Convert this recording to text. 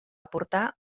aportar